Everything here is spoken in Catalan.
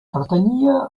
pertanyia